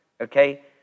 Okay